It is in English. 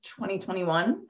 2021